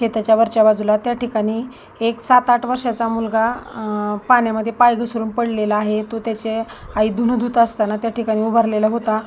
शेताच्या वरच्या बाजूला त्या ठिकाणी एक सात आठ वर्षाचा मुलगा पाण्यामध्ये पाय घसरून पडलेला आहे तो त्याचे आई धुणं धुत असताना त्या ठिकाणी उभारला होता